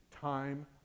time